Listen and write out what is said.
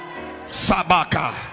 sabaka